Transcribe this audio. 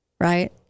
right